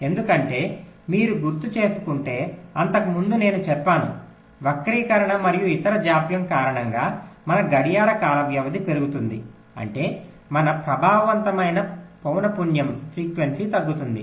ఎందుకంటే మీరు గుర్తుచేసుకుంటే అంతకుముందు నేను చెప్పాను వక్రీకరణ మరియు ఇతర జాప్యం కారణంగా మన గడియార కాల వ్యవధి పెరుగుతుంది అంటే మన ప్రభావవంతమైన పౌన పున్యం తగ్గుతుంది